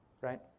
Right